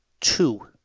two